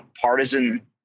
partisan